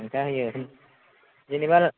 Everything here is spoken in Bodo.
हेंथा होयो जेनोबा